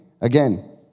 Again